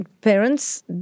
parents